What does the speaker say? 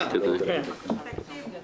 נגיף הקורונה